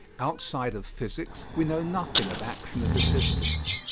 outside of physics we know nothing of action at a distance.